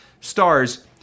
stars